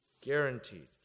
Guaranteed